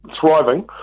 thriving